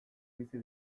bizi